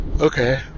okay